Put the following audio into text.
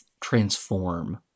transform